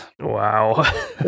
Wow